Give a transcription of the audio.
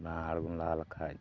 ᱞᱟᱦᱟ ᱦᱚᱲ ᱵᱚᱱ ᱞᱟᱦᱟ ᱞᱮᱠᱷᱟᱡ